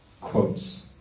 quotes